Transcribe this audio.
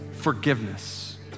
forgiveness